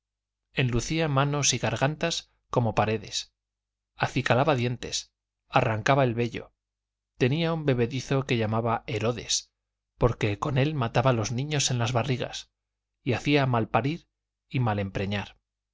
maridos enlucía manos y gargantas como paredes acicalaba dientes arrancaba el vello tenía un bebedizo que llamaba herodes porque con él mataba los niños en las barrigas y hacía malparir y mal empreñar